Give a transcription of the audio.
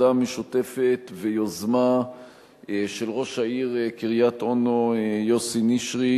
משותפת ויוזמה של ראש העיר קריית-אונו יוסי נשרי